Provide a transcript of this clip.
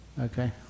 Okay